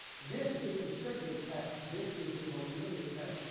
this is the strictest test. this is the most lenient test.